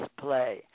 play